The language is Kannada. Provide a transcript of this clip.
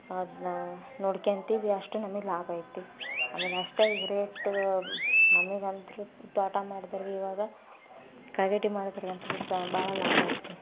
ಅದನ್ನ ನೋಡ್ಕೊಳ್ತೀವಿ ಅಷ್ಟು ನಮಗೆ ಲಾಭ ಐತಿ ಆಮೇಲೆ ಅಷ್ಟಾಗಿ ರೇಟೂ ನಮಗಂತು ತೋಟ ಮಾಡಿದೋರ್ಗೆ ಇವಾಗ ಮಾಡಿದವ್ರಿಗಂತೂ ಸಹ ಭಾಳ ಲಾಭ ಐತೆ